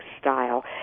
style